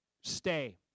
Stay